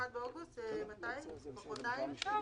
מחרתיים.